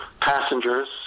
Passengers